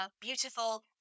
beautiful